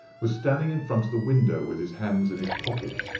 was standing in front of the window with his hands in his pocket,